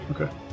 okay